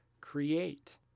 create